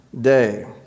day